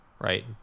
right